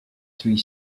three